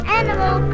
animal